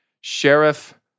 sheriff